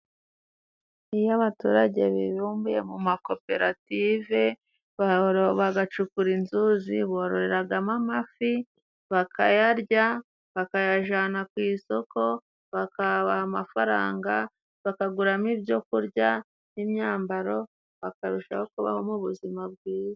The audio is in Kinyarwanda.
Iyo abaturage bibumbiye mu makoperative bagacukura inzuzi, bororeragamo amafi, bakagarya, bakagajanana ku isoko, bakabaha amafaranga bakaguramo ibyo kurya n'imyambaro, bakarushaho kubaho mu buzima bwiza.